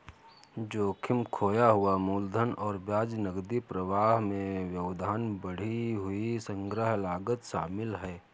जोखिम, खोया हुआ मूलधन और ब्याज, नकदी प्रवाह में व्यवधान, बढ़ी हुई संग्रह लागत शामिल है